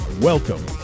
Welcome